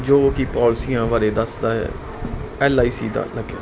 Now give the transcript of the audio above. ਜੋ ਕਿ ਪੋਲਸੀਆਂ ਬਾਰੇ ਦੱਸਦਾ ਹੈ ਐਲ ਆਈ ਸੀ ਦਾ ਲੱਗਿਆ